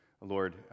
lord